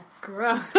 Gross